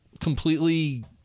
completely